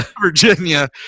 Virginia